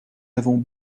avons